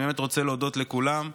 אני באמת רוצה להודות לכולם,